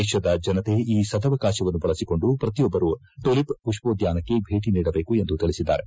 ದೇಶದ ಜನತೆ ಈ ಸದವಕಾಶವನ್ನು ಬಳಸಿಕೊಂಡು ಪ್ರತಿಯೊಬ್ಬರು ಟುಲಿಪ್ ಮಷ್ಪೋದ್ಯಾನಕ್ಕೆ ಭೇಟಿ ನೀಡಬೇಕು ಎಂದು ತಿಳಿಸಿದ್ದಾರೆ